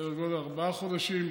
סדר גודל, ארבעה חודשים,